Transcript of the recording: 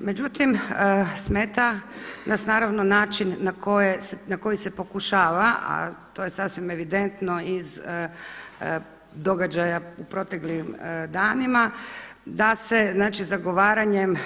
Međutim, smeta nas naravno način na koji se pokušava a to je sasvim evidentno iz događaja u proteklim danima da se znači zagovaranjem